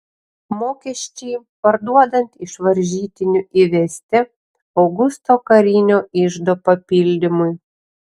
mokesčiai parduodant iš varžytinių įvesti augusto karinio iždo papildymui